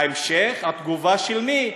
ההמשך, התגובה של מי?